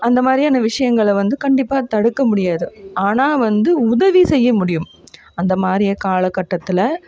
அந்த மாதிரியான விஷயங்கள வந்து கண்டிப்பாக தடுக்க முடியாது ஆனால் வந்து உதவி செய்ய முடியும் அந்தமாரி காலக் கட்டத்தில்